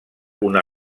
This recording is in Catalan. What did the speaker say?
una